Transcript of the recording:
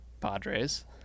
Padres